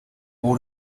all